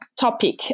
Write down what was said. topic